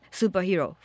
superhero